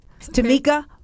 tamika